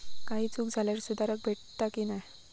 काही चूक झाल्यास सुधारक भेटता की नाय?